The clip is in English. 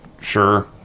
Sure